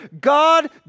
God